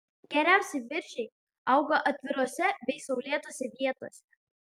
geriausiai viržiai auga atvirose bei saulėtose vietose